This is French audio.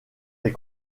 des